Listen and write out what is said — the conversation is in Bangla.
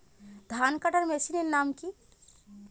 ধান কাটার মেশিনের নাম কি?